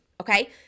okay